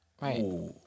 Right